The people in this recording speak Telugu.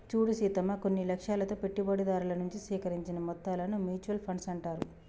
చూడు సీతమ్మ కొన్ని లక్ష్యాలతో పెట్టుబడిదారుల నుంచి సేకరించిన మొత్తాలను మ్యూచువల్ ఫండ్స్ అంటారు